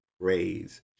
praise